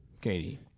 Katie